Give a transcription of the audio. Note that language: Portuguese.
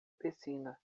piscina